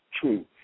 true